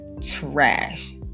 trash